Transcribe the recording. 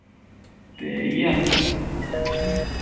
ते इ'यै आखना में